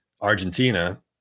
Argentina